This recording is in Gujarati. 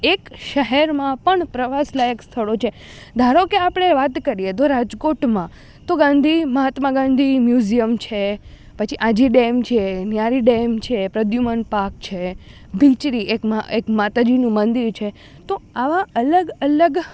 એક શહેરમાં પણ પ્રવાસ લાયક સ્થળો છે ધારો કે આપણે વાત કરીએ તો રાજકોટમાં તો ગાંધી મહાત્મા ગાંધી મ્યુઝિયમ છે પછી આજી ડેમ છે ન્યારી ડેમ છે પ્રદ્યુમન પાર્ક છે ભિચરી એક માતાજીનું મંદિર છે તો આવા અલગ અલગ